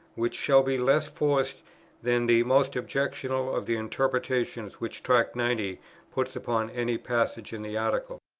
which shall be less forced than the most objectionable of the interpretations which tract ninety puts upon any passage in the articles.